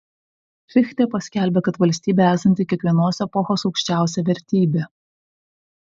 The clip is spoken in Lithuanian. fichtė paskelbė kad valstybė esanti kiekvienos epochos aukščiausia vertybė